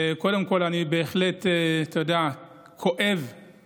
אבל אנחנו לא רואים שום הקלה בפועל.